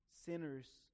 sinners